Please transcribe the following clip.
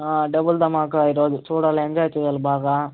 double ధమాకా ఈరోజు చూడాల ఎంజాయ్ చేయాల బాగా